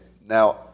now